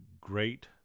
great